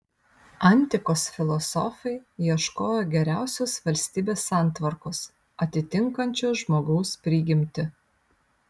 antikos filosofai ieškojo geriausios valstybės santvarkos atitinkančios žmogaus prigimtį